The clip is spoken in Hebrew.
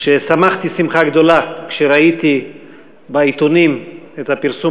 ששמחתי שמחה גדולה כשראיתי בעיתונים את הפרסום